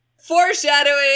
foreshadowing